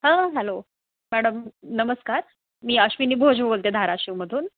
हां hello madam नमस्कार मी अश्विनी भोज बोलते धाराशिवमधून